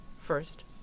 First